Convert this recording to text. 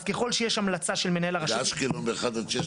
אז ככל שיש המלצה של מנהל הרשות --- באשקלון באחד עד שש,